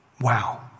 Wow